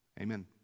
Amen